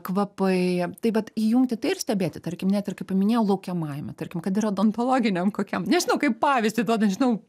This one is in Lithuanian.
kvapai tai vat įjungti tai ir stebėti tarkim net ir kaip paminėjau laukiamajame tarkim kad ir odontologiniam kokiam nežinau kaip pavyzdį duodu nežinau